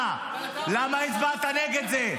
אבל אני לא --- אתה הצבעת נגד זה.